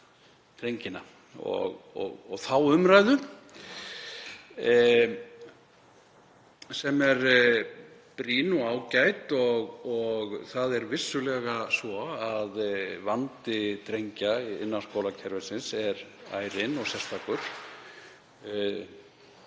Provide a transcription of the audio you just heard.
drengina og þá umræðu sem er brýn og ágæt. Það er vissulega svo að vandi drengja innan skólakerfisins er ærinn og sérstakur.